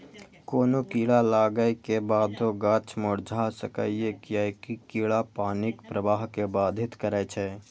कोनो कीड़ा लागै के बादो गाछ मुरझा सकैए, कियैकि कीड़ा पानिक प्रवाह कें बाधित करै छै